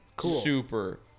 super